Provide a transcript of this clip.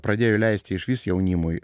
pradėjo leisti išvys jaunimui